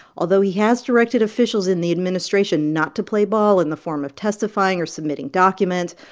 although he has directed officials in the administration not to play ball in the form of testifying or submitting documents.